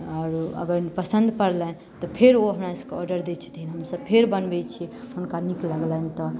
आओर अगर पसन्द परलनि तऽ फेर ओ अपना सभकेॅं ऑर्डर दै छथीन हमसभ फेर बनबै छियै हुनका नीक लगनि तऽ